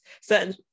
certain